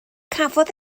cafodd